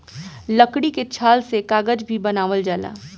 लकड़ी के छाल से कागज भी बनावल जाला